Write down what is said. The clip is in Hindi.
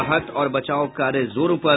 राहत और बचाव कार्य जोरों पर